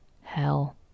hell